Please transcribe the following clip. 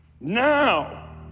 Now